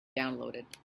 downloaded